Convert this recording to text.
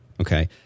okay